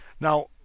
Now